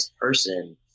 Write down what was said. person